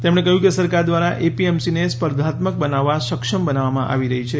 તેમણે કહ્યું કે સરકાર દ્વારા એપીએમસીને સ્પર્ધાત્મક બનાવવા સક્ષમ બનાવવામાં આવી રહી છે